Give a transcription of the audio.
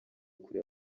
kure